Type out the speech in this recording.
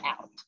out